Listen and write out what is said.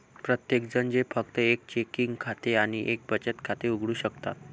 प्रत्येकजण जे फक्त एक चेकिंग खाते आणि एक बचत खाते उघडू शकतात